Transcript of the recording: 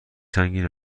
سنگین